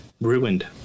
Ruined